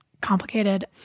complicated